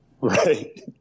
right